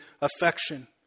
affection